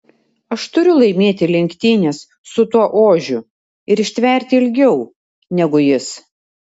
aš turiu laimėti lenktynes su tuo ožiu ir ištverti ilgiau negu jis